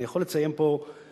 אני יכול לציין פה בשמחה